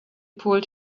pulled